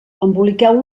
emboliqueu